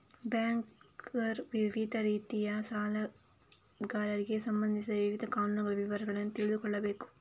banker ವಿವಿಧ ರೀತಿಯ ಸಾಲಗಾರರಿಗೆ ಸಂಬಂಧಿಸಿದ ವಿವಿಧ ಕಾನೂನುಗಳ ವಿವರಗಳನ್ನು ತಿಳಿದುಕೊಳ್ಳಬೇಕು